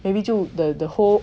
maybe 就 the whole